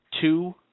Two